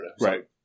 Right